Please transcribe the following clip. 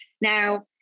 Now